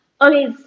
Okay